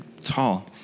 tall